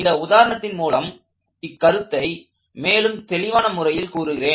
இந்த உதாரணத்தின் மூலம் இக்கருத்தை மேலும் தெளிவான முறையில் கூறுகிறேன்